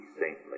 saintly